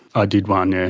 i did one, yeah,